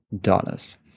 dollars